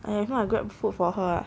!aiya! if not I Grabfood for her lah